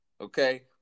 Okay